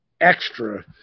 extra